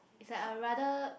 it's like a rather